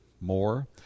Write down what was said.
more